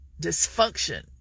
dysfunction